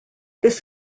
this